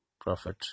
Prophet